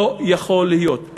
לא יכול להיות,